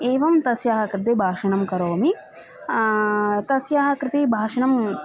एवं तस्याः कृते भाषणं करोमि तस्याः कृते भाषणम्